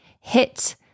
hit